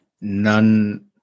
none